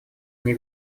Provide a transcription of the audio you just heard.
мне